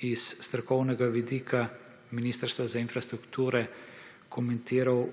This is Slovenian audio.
iz strokovnega vidika Ministrstva za infrastrukturo komentiral,